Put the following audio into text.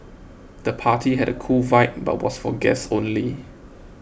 the party had a cool vibe but was for guests only